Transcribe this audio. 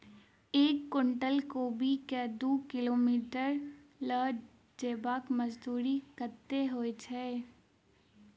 एक कुनटल कोबी केँ दु किलोमीटर लऽ जेबाक मजदूरी कत्ते होइ छै?